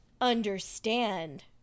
understand